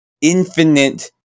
infinite